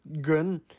good